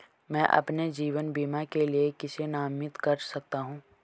मैं अपने जीवन बीमा के लिए किसे नामित कर सकता हूं?